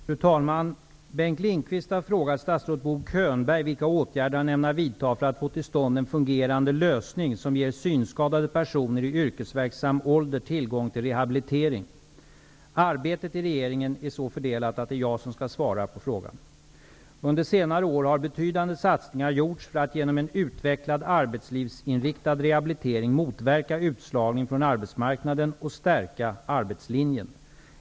Fru talman! Bengt Lindqvist har frågat statsrådet Bo Könberg vilka åtgärder han ämnar vidta för att få till stånd en fungerande lösning, som ger synskadade personer i yrkesverksam ålder tillgång till rehabilitering. Arbetet i regeringen är så fördelat att det är jag som skall svara på frågan. Under senare år har betydande satsningar gjorts för att genom en utvecklad arbetslivsinriktad rehabilitering motverka utslagning från arbetsmarknaden och stärka arbetslinjen.